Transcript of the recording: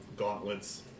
gauntlets